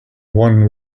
one